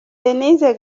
denise